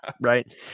right